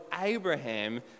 Abraham